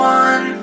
one